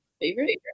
Favorite